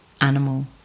animal